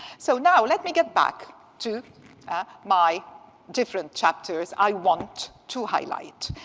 so now let me get back to ah my different chapters i want to highlight.